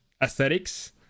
aesthetics